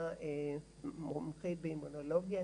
רופאה מומחית באימונולוגיה,